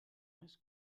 més